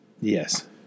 Yes